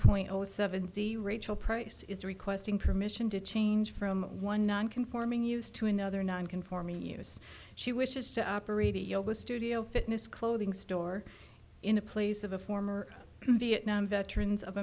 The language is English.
point zero seven c rachel price is requesting permission to change from one non conforming use to another non conforming use she wishes to operate a yoga studio fitness clothing store in a place of a former vietnam veterans of